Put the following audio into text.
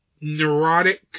neurotic